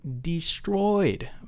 destroyed